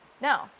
No